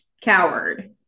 coward